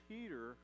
Peter